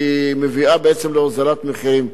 כי היא מביאה להוזלת מחירים,